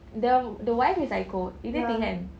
the the wife is psycho kan